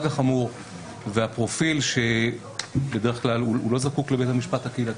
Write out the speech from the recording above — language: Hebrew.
החמור והפרופיל שבדרך כלל לא זקוק לבית המשפט הקהילתי.